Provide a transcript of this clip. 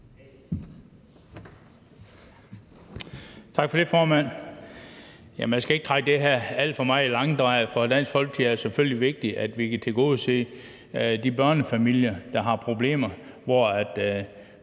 Tak for det, formand. Jeg skal ikke trække det her alt for meget i langdrag. For Dansk Folkeparti er det selvfølgelig vigtigt, at vi kan tilgodese de børnefamilier, der har problemer, fordi